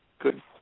Good